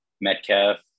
Metcalf